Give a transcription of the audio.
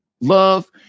love